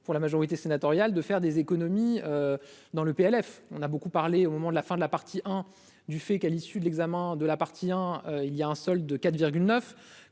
pour la majorité sénatoriale de faire des économies dans le PLF on a beaucoup parlé au moment de la fin de la partie, hein, du fait qu'à l'issue de l'examen de la partie, hein, il y a un seul de 4